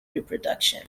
reproduction